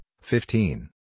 fifteen